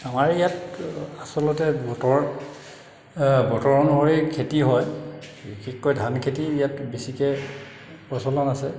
আমাৰ ইয়াত আচলতে বতৰত বতৰ অনুসৰি খেতি হয় বিশেষকৈ ধান খেতি ইয়াত বেছিকৈ প্ৰচলন আছে